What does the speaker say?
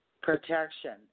Protection